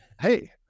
hey